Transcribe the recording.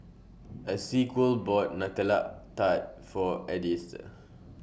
Esequiel bought Nutella Tart For Edythe